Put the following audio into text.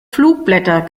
flugblätter